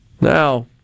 Now